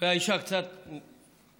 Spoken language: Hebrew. והאישה קצת חרדה,